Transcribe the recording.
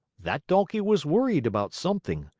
that donkey was worried about something,